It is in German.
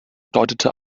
deutete